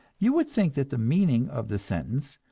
you would think that the meaning of the sentence,